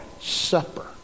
supper